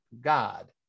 God